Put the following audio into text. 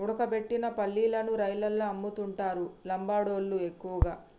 ఉడకబెట్టిన పల్లీలను రైలల్ల అమ్ముతుంటరు లంబాడోళ్ళళ్లు ఎక్కువగా